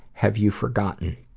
have you forgotten?